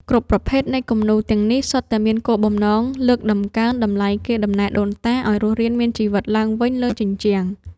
គ្រប់ប្រភេទនៃគំនូរទាំងនេះ សុទ្ធតែមានគោលបំណងលើកតម្កើងតម្លៃកេរដំណែលដូនតាឱ្យរស់រានមានជីវិតឡើងវិញលើជញ្ជាំង។